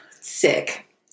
sick